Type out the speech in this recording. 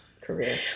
career